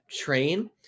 train